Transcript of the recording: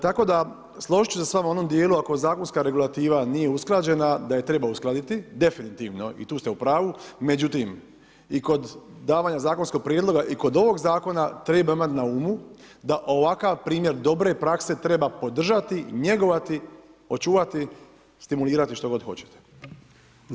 Tako da, složiti ću se s vama u onom dijelu, ako zakonska regulativa nije usklađena, da ju treba uskladiti, definitivno i tu ste u pravu, međutim, i kod davanja zakonskih prijedloga i kod ovog zakona, treba imati na umu, da ovakav primjer dobre praske, treba podržati, njegovati, očuvati stimulirati, što god hoćete.